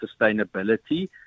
sustainability